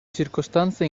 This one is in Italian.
circostanze